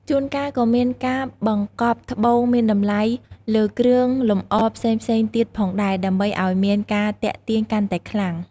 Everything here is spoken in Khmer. ជួនកាលក៏មានការបង្កប់ត្បូងមានតម្លៃលើគ្រឿងលម្អផ្សេងៗទៀតផងដែរដើម្បីអោយមានការទាក់ទាញកាន់តែខ្លាំង។